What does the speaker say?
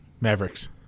Mavericks